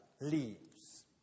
leaves